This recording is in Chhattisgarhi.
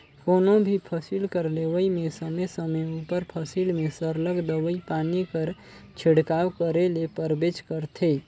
कोनो भी फसिल कर लेवई में समे समे उपर फसिल में सरलग दवई पानी कर छिड़काव करे ले परबेच करथे